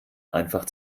einfach